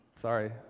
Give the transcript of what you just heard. Sorry